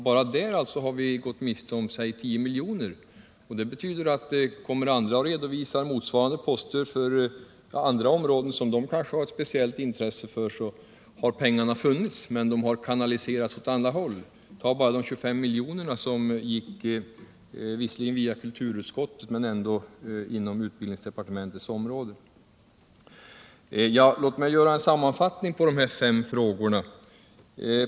Bara på det området har vi gått miste om säg 10 milj.kr. Kommer andra och redovisar motsvarande poster för andra områden, som de kanske har ett speciellt intresse av, måste det betyda att pengarna har funnits men kanaliserats åt andra håll. Jag kan också nämna de 25 miljoner som skulle ha utgjort statsbidrag till allmän fritidsverksamhet men drogs in av regeringen. Låt mig göra en sammanfattning beträffande de här fem frågorna.